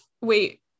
Wait